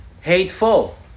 Hateful